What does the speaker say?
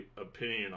opinion